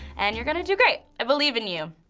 and you're gonna do great. i believe in you!